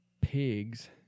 pigs